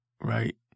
right